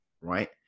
Right